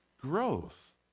growth